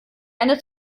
eine